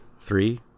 Three